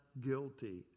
guilty